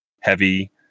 heavy